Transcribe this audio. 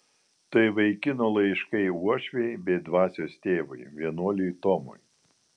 tai vaikino laiškai uošvei bei dvasios tėvui vienuoliui tomui